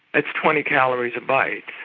that's twenty calories a bite.